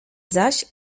zaś